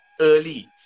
early